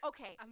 Okay